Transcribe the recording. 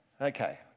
Okay